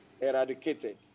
eradicated